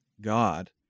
God